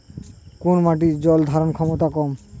কোন মাটির জল ধারণ ক্ষমতা কম?